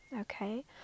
okay